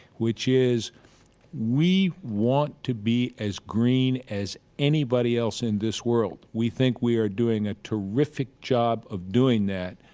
which is we want to be as green as anybody else in this world. we think we are doing a terrific job of doing that.